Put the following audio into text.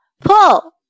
pull